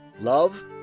love